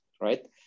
right